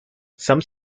some